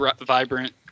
vibrant